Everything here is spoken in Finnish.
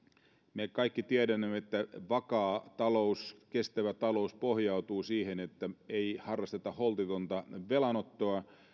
me kaikki tiedämme että vakaa talous kestävä talous pohjautuu siihen että ei harrasteta holtitonta velanottoa